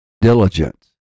Diligence